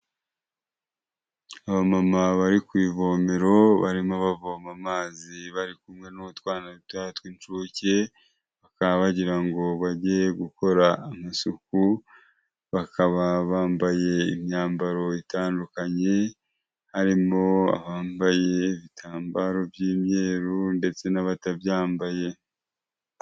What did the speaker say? Abamama bari ku ivomero barimo bavoma amazi bari kumwe n'utwana dutoya tw'incuke, bakaba bagira ngo bage gukora amasuku, bakaba bambaye imyambaro itandukanye harimo abambaye ibitambaro by'imyeru ndetse n'abatabyambaye.